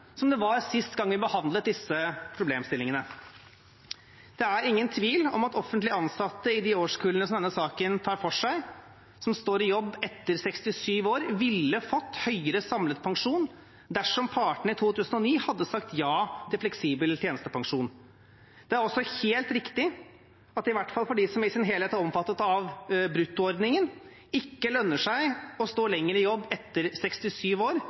som det var sist gang vi behandlet disse problemstillingene. Det er ingen tvil om at offentlig ansatte i de årskullene som denne saken tar for seg, som står i jobb etter 67 år, ville ha fått en høyere samlet pensjon dersom partene i 2009 hadde sagt ja til fleksibel tjenestepensjon. Det er også helt riktig at det i hvert fall for dem som i sin helhet er omfattet av bruttoordningen, ikke lønner seg å stå lenger i jobb etter 67 år,